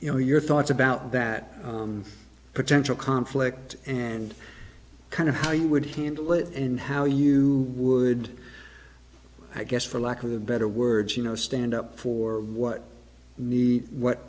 you know your thoughts about that potential conflict and kind of how you would handle it in how you would i guess for lack of better words you know stand up for what needs what